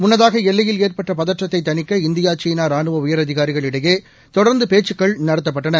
முன்னதாக எல்லையில் ஏற்பட்ட பதற்றத்தைத் தணிக்க இந்தியா சீனா ராணுவ உயரதிகாரிகள் இடையே தொடர்ந்து பேச்சுக்கள் நடத்தப்பட்டன